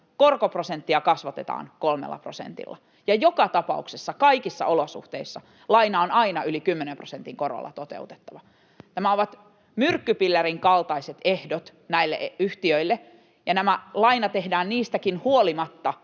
korkoprosenttia kasvatetaan kolmella prosentilla. Ja joka tapauksessa kaikissa olosuhteissa laina on aina yli kymmenen prosentin korolla toteutettava. Nämä ovat myrkkypillerin kaltaiset ehdot näille yhtiöille, ja niistäkin huolimatta